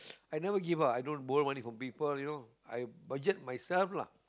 I never give up i don't borrow money from people you know I budget myself lah